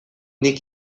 nik